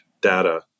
data